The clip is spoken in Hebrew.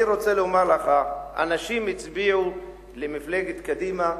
אני רוצה לומר לך, אנשים הצביעו למפלגת קדימה,